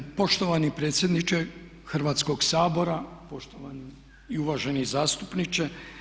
Poštovani predsjedniče Hrvatskog sabor, poštovani i uvaženi zastupniče.